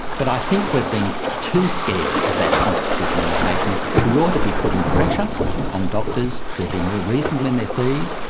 but i think we've been too scared of that constitutional limitation. we ought to be putting pressure on doctors to be more reasonable in their fees,